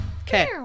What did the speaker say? okay